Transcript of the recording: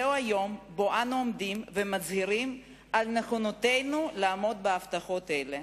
זהו היום שבו אנו עומדים ומצהירים על נכונותנו לעמוד בהבטחות אלה.